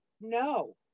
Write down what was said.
no